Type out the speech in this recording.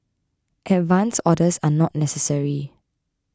advance orders are not necessary